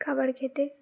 খাবার খেতে